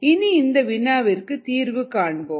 இனி இந்த வினாவிற்கு நாம் தீர்வு காண்போம்